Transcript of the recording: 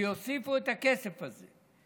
שיוסיפו את הכסף הזה.